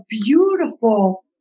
beautiful